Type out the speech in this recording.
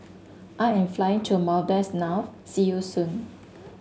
I am flying to Maldives now see you soon